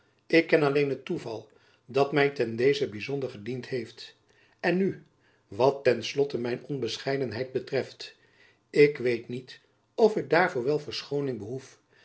ik ken alleen het toeval dat my ten dezen byzonder gediend heeft en nu wat ten slotte mijn onbescheidenheid betreft ik weet niet of ik daarvoor wel verschooning behoef